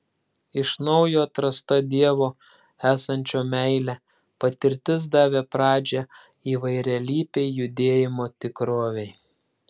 iš naujo atrasta dievo esančio meile patirtis davė pradžią įvairialypei judėjimo tikrovei